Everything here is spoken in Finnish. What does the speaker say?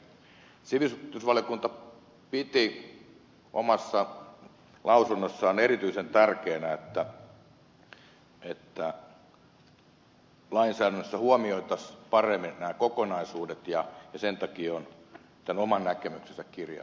sivistysvaliokunta piti omassa lausunnossaan erityisen tärkeänä että lainsäädännössä huomioitaisiin paremmin nämä kokonaisuudet ja sen takia on tämän oman näkemyksensä kirjannut